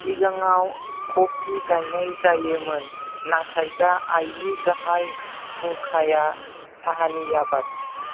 सिगाङाव क'फी गायनाय जायोमोन नाथाय दा आयनि गाहाय फुंखाया साहानि आबाद